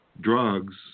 drugs